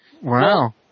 Wow